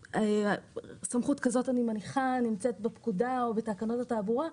אני מניחה שסמכות כזאת נמצאת בפקודה או בתקנות התעבורה.